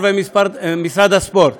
שמשרד הספורט